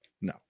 No